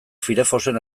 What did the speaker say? firefoxen